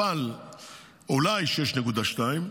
אולי 6.2,